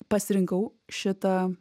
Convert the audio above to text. pasirinkau šitą